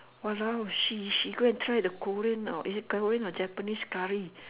!walao! she she go and try the korean or is it korean or japanese curry